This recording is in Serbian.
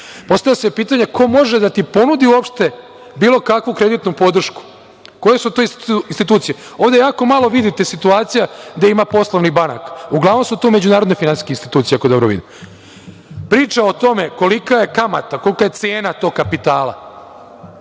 Postavlja se pitanje ko može da ti ponudi uopšte bilo kakvu kreditnu podršku, koje su to institucije? Ovde jako malo vidite situacija gde ima poslovnih banaka. Uglavnom su to međunarodne finansijske institucije, ako dobro vidim. Priča o tome kolika je kamata, kolika je cena tog kapitala,